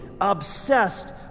obsessed